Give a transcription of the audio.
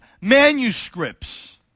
manuscripts